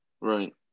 right